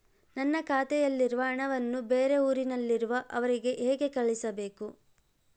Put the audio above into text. ನನ್ನ ಖಾತೆಯಲ್ಲಿರುವ ಹಣವನ್ನು ಬೇರೆ ಊರಿನಲ್ಲಿರುವ ಅವರಿಗೆ ಹೇಗೆ ಕಳಿಸಬೇಕು?